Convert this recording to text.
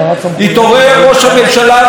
יתעורר ראש הממשלה,